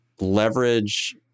leverage